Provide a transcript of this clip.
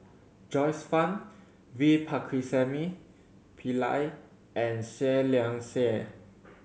Joyce Fan V Pakirisamy Pillai and Seah Liang Seah